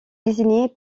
désigné